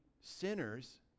sinners